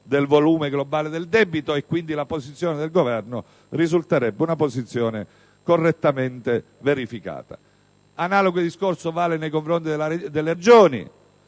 del volume globale del debito e, quindi, la posizione del Governo risulterebbe correttamente verificata. Analogo discorso vale nei confronti delle Regioni.